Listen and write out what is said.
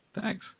Thanks